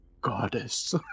goddess